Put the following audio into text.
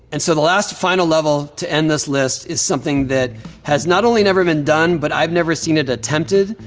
and so the last final level to end this list is something that has not only never been done but i've never seen it attempted.